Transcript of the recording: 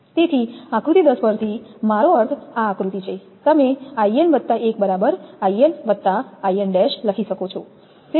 તેથી આકૃતિ 10 પર થી મારો અર્થ આ આકૃતિ છે તમે 𝐼𝑛1 બરાબર 𝐼𝑛𝐼𝑛′ લખી શકો છો